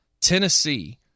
tennessee